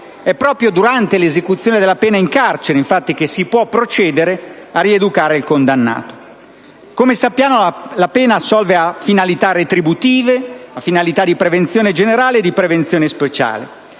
È proprio durante l'esecuzione della pena in carcere, infatti, che si può procedere a rieducare il condannato. Come sappiamo, la pena assolve a finalità retributive, di prevenzione generale e di prevenzione speciale.